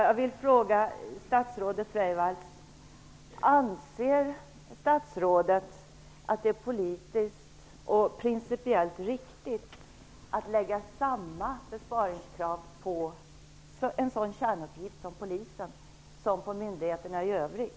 Jag vill fråga statsrådet Freivalds: Anser statsrådet att det är politiskt och principiellt riktigt att lägga samma besparingskrav på en sådan kärnuppgift som polisen har som på myndigheterna i övrigt?